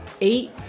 eight